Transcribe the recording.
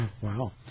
Wow